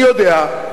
אני יודע,